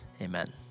Amen